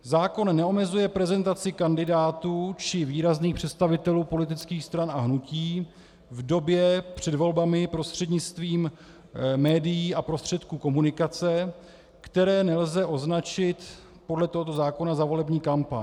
Zákon neomezuje prezentaci kandidátů či výrazných představitelů politických stran a hnutí v době před volbami prostřednictvím médií a prostředků komunikace, které nelze označit podle tohoto zákona za volební kampaň.